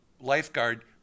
lifeguard